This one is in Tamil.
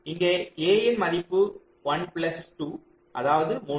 இங்கே A இன் மதிப்பு 1 பிளஸ் 2 அதாவது 3